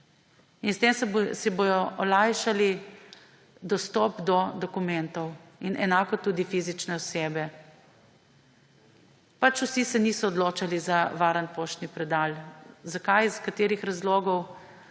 s tem si bodo olajšali dostop do dokumentov, in enako tudi fizične osebe. Pač se niso vsi odločali za varen poštni predal. Zakaj, iz katerih razlogov,